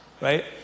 right